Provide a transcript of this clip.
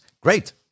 great